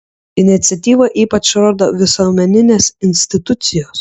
iniciatyvą ypač rodo visuomeninės institucijos